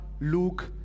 Luke